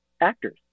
actors